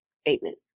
statement